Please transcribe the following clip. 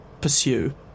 pursue